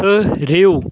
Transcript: ٹھہرِو